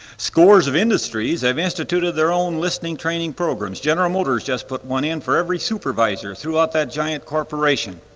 scores of industries have instituted their own listening training programs. general motors just put one in for every supervisor throughout that giant corporation.